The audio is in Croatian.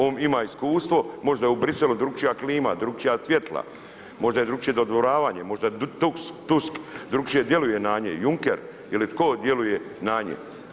On ima iskustvo, možda je u Briselu drukčija klima, drukčija svjetla, možda je drukčije dodvoravanje, možda Tusk drukčije djeluje na nje, Junker ili tko djeluje na nje.